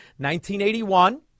1981